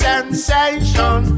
Sensation